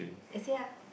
eh say ah